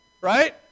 Right